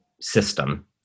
system